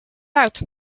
out